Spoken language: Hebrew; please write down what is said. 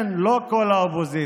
ווליד, לא כל האופוזיציה.